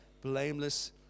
blameless